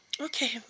Okay